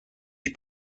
ich